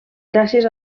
gràcies